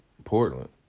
Portland